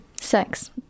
sex